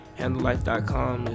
handlelife.com